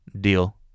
Deal